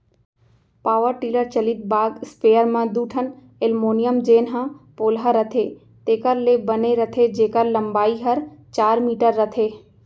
power tiller चलित बाग sprayer म दू ठन एलमोनियम जेन ह पोलहा रथे तेकर ले बने रथे जेकर लंबाई हर चार मीटर रथे